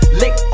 lick